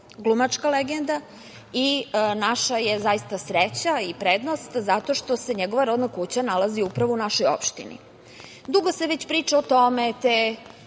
glumačka legenda i naša je, zaista, sreća i prednost zato što se njegova rodna kuća nalazi upravo u našoj opštini. Dugo se već priča o tome, te